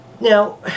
now